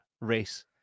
race